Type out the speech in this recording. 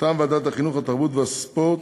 מטעם ועדת החינוך, התרבות והספורט,